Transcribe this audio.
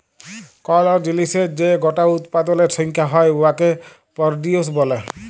call জিলিসের যে গটা উৎপাদলের সংখ্যা হ্যয় উয়াকে পরডিউস ব্যলে